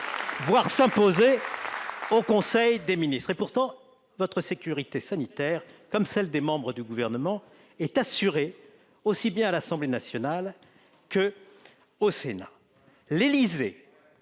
voir s'imposer pour le conseil des ministres. Pourtant, votre sécurité sanitaire, comme celle des membres du Gouvernement, est assurée aussi bien à l'Assemblée nationale qu'au Sénat.